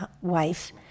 wife